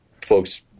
folks